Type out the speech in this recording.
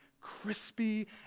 crispy